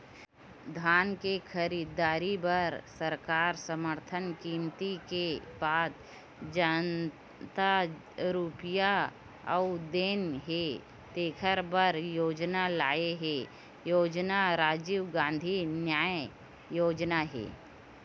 धान के खरीददारी बर सरकार समरथन कीमत के बाद जतना रूपिया अउ देना हे तेखर बर योजना लाए हे योजना राजीव गांधी न्याय योजना हे